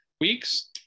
weeks